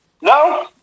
No